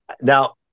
Now